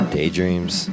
Daydreams